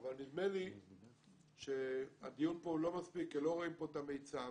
אבל נדמה לי שהדיון הוא לא מספיק לא רואים פה את המיצ"ב